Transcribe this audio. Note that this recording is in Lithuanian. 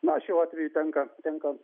na šiuo atveju tenka tenka